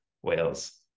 whales